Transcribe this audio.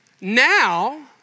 Now